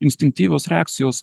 instinktyvios reakcijos